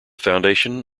foundation